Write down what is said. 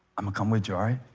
i'ma come with joey